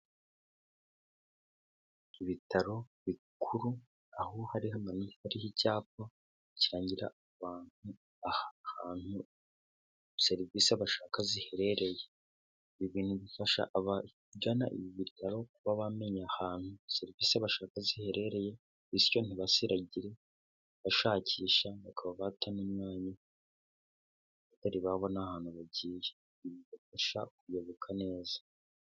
Ibitaro bikuru, aho hariho icyapa kirangira abantu ahantu serivisi bashaka ziherereye. Ibi bintu bifasha abagana ibi bitaro kuba bamenya ahantu serivisi bashaka ziherereye, bityo ntibasiragire bashakisha bakaba bata n'umwanya batari babona ahantu bagiye. Bibafasha kuyoboka neza.